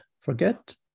forget